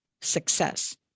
success